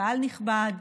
קהל נכבד,